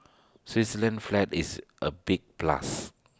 Switzerland's flag is A big plus